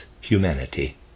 humanity